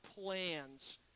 plans